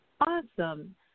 Awesome